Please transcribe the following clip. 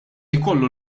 jkollu